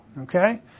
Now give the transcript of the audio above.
Okay